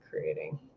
creating